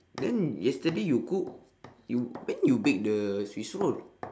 then yesterday you cook you when you bake the swiss roll